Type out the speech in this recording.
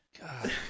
God